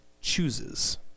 chooses